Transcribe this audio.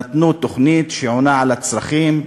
נתנו תוכנית שעונה על הצרכים,